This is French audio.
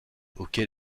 auquel